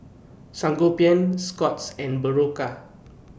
Sangobion Scott's and Berocca